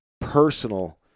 personal